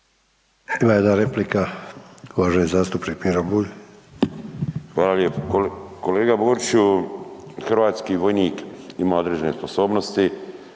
Ima jedna replika, uvaženi zastupnik Miro Bulj. **Bulj, Miro (MOST)** Hvala lijepo. Kolega Boriću, hrvatski vojnik ima određene sposobnosti,